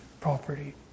property